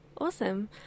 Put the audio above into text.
awesome